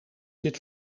zit